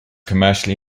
commercially